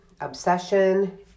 obsession